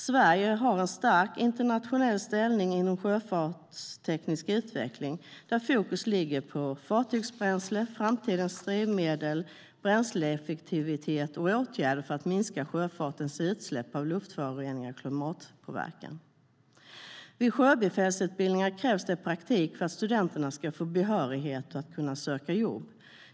Sverige har en stark internationell ställning inom sjöfartsteknisk utveckling, där fokus ligger på fartygsbränsle, framtidens drivmedel, bränsleeffektivitet och åtgärder för att minska sjöfartens utsläpp av luftföroreningar och klimatpåverkan. Vid sjöbefälsutbildningar krävs det praktik för att studenter ska få behörighet och kunna söka jobb.